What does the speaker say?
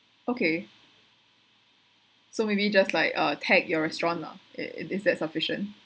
okay so maybe just like uh tag your restaurant lah it it is that sufficient